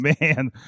man